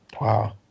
Wow